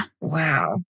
Wow